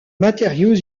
matériaux